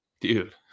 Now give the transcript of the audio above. dude